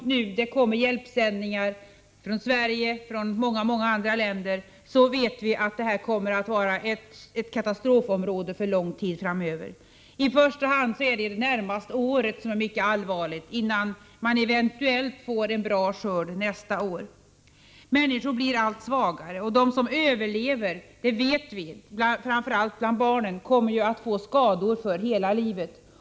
Trots hjälpsändningar från Sverige och många andra länder kommer det aktuella området — det vet vi — att vara ett katastrofområde för lång tid framåt. I första hand är läget mycket allvarligt under det närmaste året, innan man eventuellt får en bra skörd nästa år. Människorna blir allt svagare. Vi vet att de som överlever — framför allt gäller det barnen — kommer att få skador för livet.